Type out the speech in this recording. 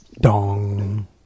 Dong